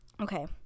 Okay